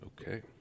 Okay